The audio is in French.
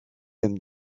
homme